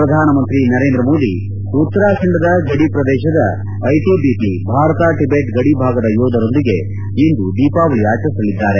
ಪ್ರಧಾನಮಂತ್ರಿ ನರೇಂದ್ರಮೋದಿ ಉತ್ತರಾಖಂಡದ ಗಡಿಪ್ರದೇಶದ ಭಾರತ ಟಿಬೆಟ್ ಗಡಿಭಾಗದ ಯೋಧರೊಂದಿಗೆ ಇಂದು ದೀಪಾವಳಿ ಆಚರಿಸಲಿದ್ದಾರೆ